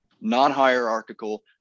non-hierarchical